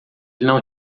não